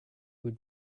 would